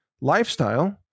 lifestyle